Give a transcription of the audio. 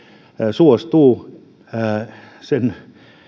suostuu sen